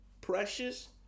Precious